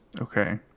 Okay